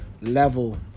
level